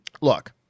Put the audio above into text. look